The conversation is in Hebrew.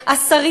השרים,